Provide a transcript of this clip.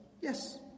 yes